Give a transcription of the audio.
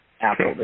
apple